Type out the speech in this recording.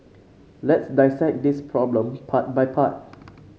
let's dissect this problem part by part